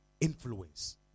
influence